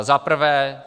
Za prvé.